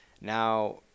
now